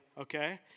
okay